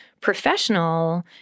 professional